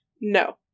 No